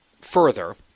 further